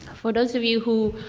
for those of you who